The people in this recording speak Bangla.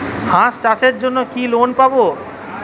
হাঁস চাষের জন্য কি লোন পাব?